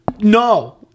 no